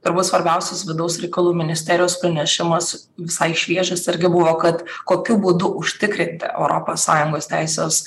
turbūt svarbiausias vidaus reikalų ministerijos pranešimas visai šviežias irgi buvo kad kokiu būdu užtikrinti europos sąjungos teisės